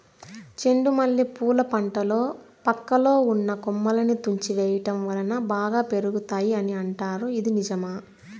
చెండు మల్లె పూల పంటలో పక్కలో ఉన్న కొమ్మలని తుంచి వేయటం వలన బాగా పెరుగుతాయి అని అంటారు ఇది నిజమా?